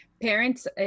parents